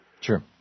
Sure